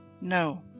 No